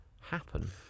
happen